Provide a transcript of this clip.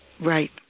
right